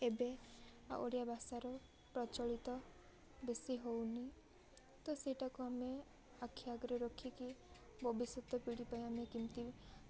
ଏବେ ଆଉ ଓଡ଼ିଆ ଭାଷାର ପ୍ରଚଳିତ ବେଶୀ ହେଉନି ତ ସେଇଟାକୁ ଆମେ ଆଖି ଆଗରେ ରଖିକି ଭବିଷ୍ୟତ ପିଢ଼ି ପାଇଁ ଆମେ କେମିତି